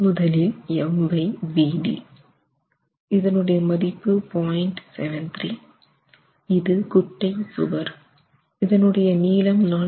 முதலில் MVd இது குட்டை சுவர் இதன் உடைய நீளம் 4